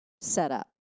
setup